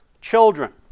children